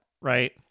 right